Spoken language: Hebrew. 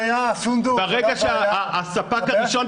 ברגע שהספק הראשון,